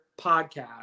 podcast